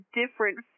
different